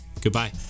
Goodbye